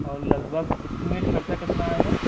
और लगभग एस्टीमेट खर्चा कितना आएगा